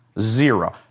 zero